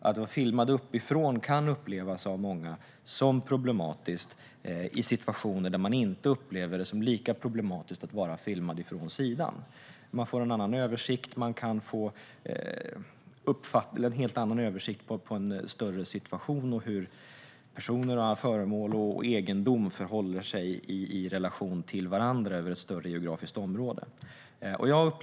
Att bli filmad uppifrån kan av många upplevas som problematiskt i situationer där man inte upplever det som lika problematiskt att bli filmad från sidan. Det ger en helt annan översikt över en större situation och hur personer, föremål och egendom förhåller sig i relation till varandra inom ett större geografiskt område.